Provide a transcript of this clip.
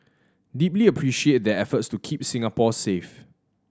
deeply appreciate their efforts to keep Singapore safe